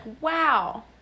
wow